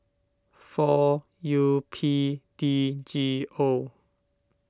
four U P D G O